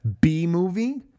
B-movie